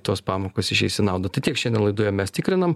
tos pamokos išeis į naudą tai tiek šiandien laidoje mes tikrinam